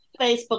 Facebook